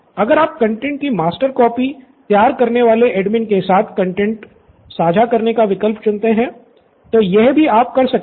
अगर आप कंटैंट की मास्टर कॉपी तैयार करने वाले एडमिन के साथ कंटैंट साझा करने का विकल्प चुनते है तो यह यह भी आप कर सकेंगे